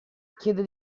chiede